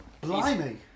Blimey